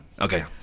Okay